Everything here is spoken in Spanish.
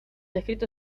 escrito